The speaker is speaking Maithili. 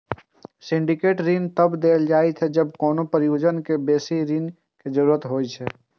सिंडिकेट ऋण तब देल जाइ छै, जब कोनो परियोजना कें बेसी ऋण के जरूरत होइ छै